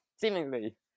seemingly